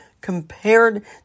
compared